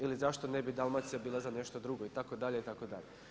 Ili zašto ne bi Dalmacija bila za nešto drugo itd. itd.